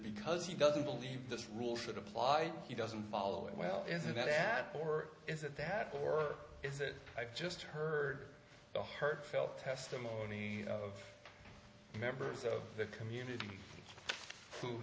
because he doesn't believe this rule should apply he doesn't follow it well is it that or is it that or is it i just heard the heartfelt testimony of members of the community who